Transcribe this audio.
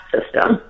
system